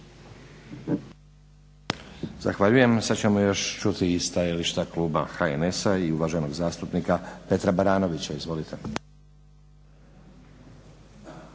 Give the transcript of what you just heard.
Zahvaljujem. Sada ćemo još čuti i stajališta kluba HNS-a i uvaženog zastupnika Petra Baranovića. Izvolite.